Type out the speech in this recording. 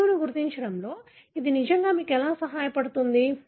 జన్యువును గుర్తించడంలో ఇది నిజంగా మీకు ఎలా సహాయపడుతుంది